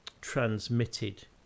transmitted